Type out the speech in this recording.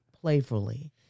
playfully